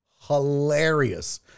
Hilarious